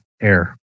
Air